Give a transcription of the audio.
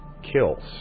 Kills